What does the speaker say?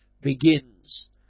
Begins